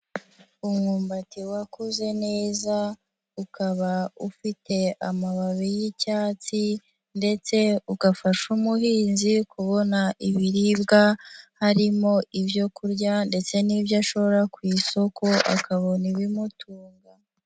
Umwumbati wakuze neza, ukaba ufite amababi y'icyatsi ndetse ugafasha umuhinzi kubona ibiribwa harimo ibyo kurya ndetse n'ibyo ashora ku isoko akabona ibimutunga.